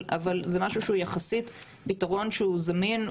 זה משהו שהוא יחסית פתרון שהוא זמין.